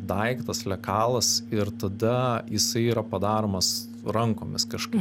daiktas lekalas ir tada jisai yra padaromas rankomis kažkaip